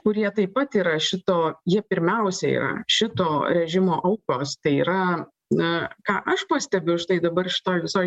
kurie taip pat yra šito jie pirmiausia yra šito režimo aukos tai yra na ką aš pastebiu štai dabar šitoj visoj